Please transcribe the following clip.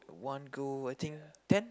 one go I think ten